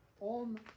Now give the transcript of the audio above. on